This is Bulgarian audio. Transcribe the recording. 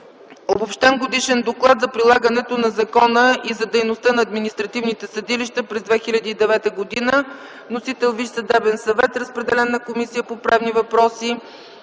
Обобщен годишен доклад за прилагането на закона и за дейността на административните съдилища през 2009 г. Вносител – Висшият съдебен съвет. Разпределен е на Комисията по правни въпроси.